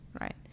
right